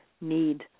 need